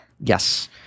Yes